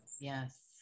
Yes